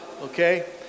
okay